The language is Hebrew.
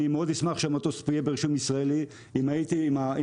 ואני מאוד אשמח שהמטוס יהיה ברישום ישראלי אם רת"א